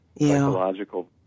psychological